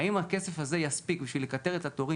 האם הכסף הזה יספיק בשביל לקצר את התורים